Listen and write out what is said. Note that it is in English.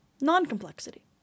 non-complexity